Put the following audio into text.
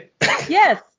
Yes